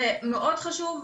זה מאוד חשוב,